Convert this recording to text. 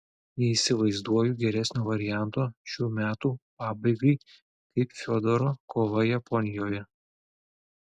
neįsivaizduoju geresnio varianto šių metų pabaigai kaip fiodoro kova japonijoje